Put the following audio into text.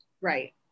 Right